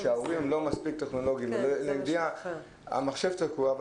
כשההורים לא מספיק טכנולוגים, המחשב תקוע.